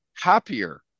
happier